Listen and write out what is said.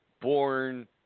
born